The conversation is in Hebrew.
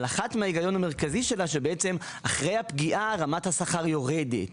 אחד מההגיונות המרכזיים שלה הוא שאחרי הפגיעה רמת השכר יורדת.